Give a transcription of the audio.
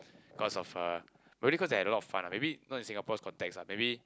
cause of uh maybe cause they had a lot of fun lah maybe not in Singapore's context ah maybe